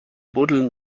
buddeln